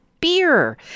beer